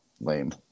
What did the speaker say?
lame